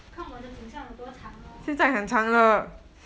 看我的景象有多长 lor